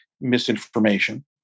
misinformation